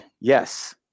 Yes